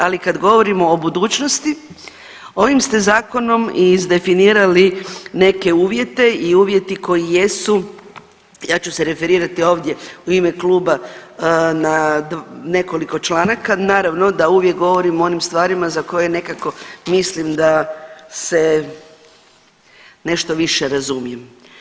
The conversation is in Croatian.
Ali kada govorimo o budućnosti ovim ste zakonom izdefinirali neke uvjete i uvjeti koji jesu, ja ću se referirati ovdje u ime kluba na nekoliko članaka, naravno da uvijek govorim o onim stvarima za koje nekako mislim da se nešto više razumijem.